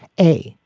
a,